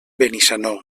benissanó